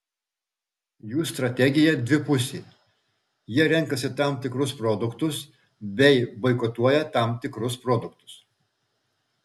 jų strategija dvipusė jie renkasi tam tikrus produktus bei boikotuoja tam tikrus produktus